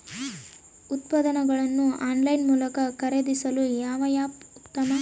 ಉತ್ಪನ್ನಗಳನ್ನು ಆನ್ಲೈನ್ ಮೂಲಕ ಖರೇದಿಸಲು ಯಾವ ಆ್ಯಪ್ ಉತ್ತಮ?